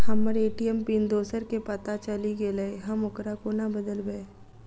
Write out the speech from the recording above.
हम्मर ATM PIN दोसर केँ पत्ता चलि गेलै, हम ओकरा कोना बदलबै?